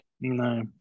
No